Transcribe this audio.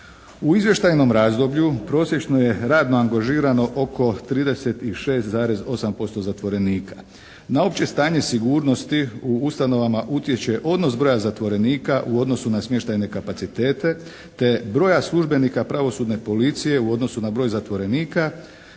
U izvještajnom razdoblju prosječno je radno angažirano oko 36,8% zatvorenika. Na opće stanje sigurnosti u ustanovama utječe odnos broja zatvorenika u odnosu na smještajne kapacitete te broja službenika pravosudne policije u odnosu na broj zatvorenika